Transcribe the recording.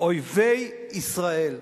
אויבי ישראל.